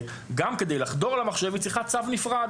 גם כדי לחדור למחשב היא צריכה צו נפרד.